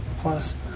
plus